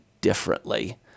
differently